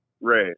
Right